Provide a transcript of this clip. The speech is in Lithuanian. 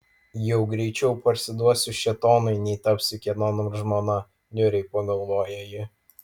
jau greičiau parsiduosiu šėtonui nei tapsiu kieno nors žmona niūriai pagalvojo ji